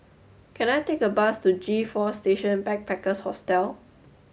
can I take a bus to G four Station Backpackers Hostel